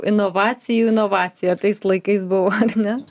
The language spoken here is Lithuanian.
inovacijų inovacija tais laikais buvo ar ne